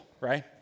right